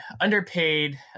underpaid